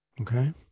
Okay